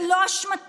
זה לא אשמתן.